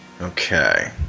okay